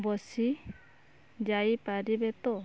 ବସି ଯାଇପାରିବେ ତ